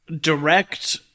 direct